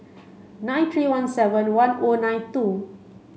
nine three one seven one O nine two